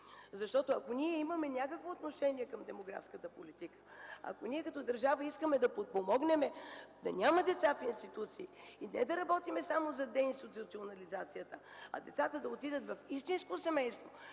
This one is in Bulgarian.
Ако ние имаме някакво отношение към демографската политика и като държава искаме да подпомогнем да няма деца в институции и не само да работим за деинституционализацията, а децата да отиват в истинско семейство,